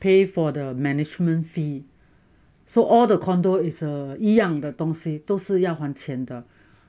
pay for the management fee so all the condo is a 一样的东西都是要还钱的